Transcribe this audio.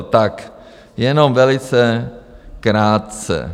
Tak jenom velice krátce.